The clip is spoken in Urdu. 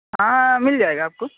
ہاں مل جائے گا آپ کو